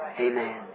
Amen